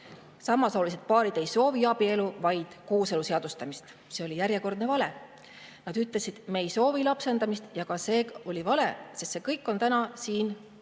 samasoolised paarid ei soovi abielu, vaid kooselu seadustamist. See oli järjekordne vale. Nad ütlesid: me ei soovi lapsendamist. Ja ka see oli vale, sest see kõik on täna siin